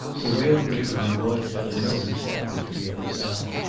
the raillery in her voice had a note of savagery in it now.